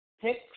pick